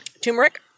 Turmeric